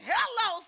Hello